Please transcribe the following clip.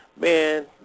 Man